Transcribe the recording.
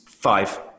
five